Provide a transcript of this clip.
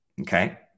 Okay